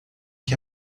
que